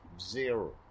zero